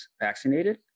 vaccinated